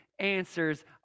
answers